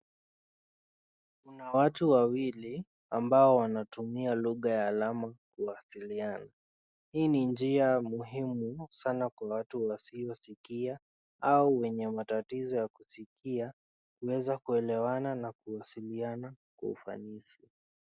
Kuna watu wawili ambao wanatumia lugha ya alama kuwasiliana. Hii ni njia muhimu sana kwa watu wasiosikia au wenye matatizo ya kusikia, kuweza kuelewana na kuwasiliana kwa ufanisi.